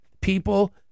People